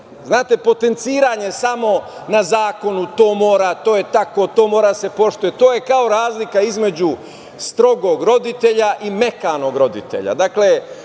naroda. Znate, potenciranje samo na zakonu, to mora, to je tako, to mora da se poštuje, to je kao razlika između strogog roditelja i mekanog roditelja.